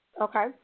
Okay